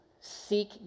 seek